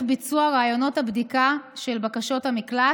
ביצוע ראיונות הבדיקה של בקשות המקלט,